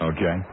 Okay